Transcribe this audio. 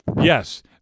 Yes